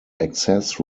access